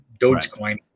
Dogecoin